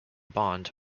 bond